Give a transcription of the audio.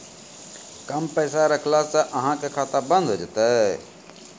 कम पैसा रखला से अहाँ के खाता बंद हो जैतै?